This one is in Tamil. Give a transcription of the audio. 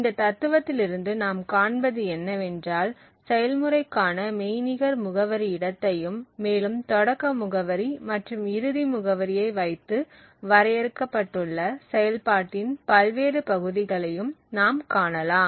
இந்த தத்துவத்திலிருந்து நாம் காண்பது என்னவென்றால் செயல்முறைக்கான மெய்நிகர் முகவரி இடத்தையும் மேலும் தொடக்க முகவரி மற்றும் இறுதி முகவரியை வைத்து வரையறுக்கப்பட்டுள்ள செயல்பாட்டின் பல்வேறு பகுதிகளையும் நாம் காணலாம்